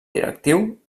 directiu